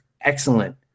excellent